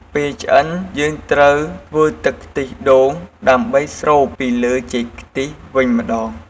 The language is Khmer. ពេលឆ្អិន យើងត្រូវធ្វើទឺកខ្ទិះដូងដើម្បីស្រូបពីលើចេកខ្ទះវិញម្តង។